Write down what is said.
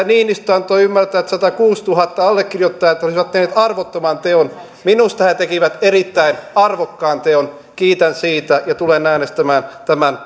niinistö antoi ymmärtää että satakuusituhatta allekirjoittajaa olisivat tehneet arvottoman teon minusta he tekivät erittäin arvokkaan teon kiitän siitä ja tulen äänestämään tämän